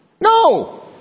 No